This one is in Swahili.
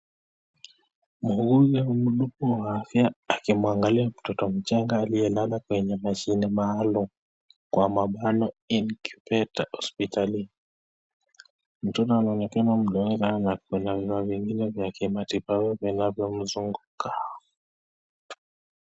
Muuguzi Wa uduma ya afya akimwangalia mtoto mchanga aliyelala kwenye mashine maalum ambalo kwa mabanio ( incubator) hosipitalini. Mtoto mdogo na Kuna vifaa vingine vya matibabu zinazo mzunguka.